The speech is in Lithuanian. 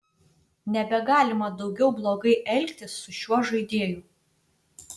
nebegalima daugiau blogai elgtis su šiuo žaidėju